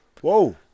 whoa